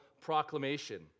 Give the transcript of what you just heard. proclamation